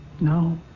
No